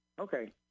Okay